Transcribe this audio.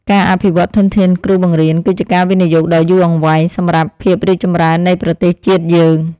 ការអភិវឌ្ឍន៍ធនធានគ្រូបង្រៀនគឺជាការវិនិយោគដ៏យូរអង្វែងសម្រាប់ភាពរីកចម្រើននៃប្រទេសជាតិយើង។